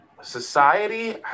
society